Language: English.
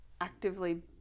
actively